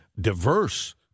diverse